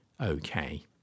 okay